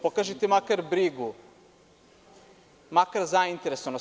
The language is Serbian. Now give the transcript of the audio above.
Pokažite makar brigu, makar zainteresovanost.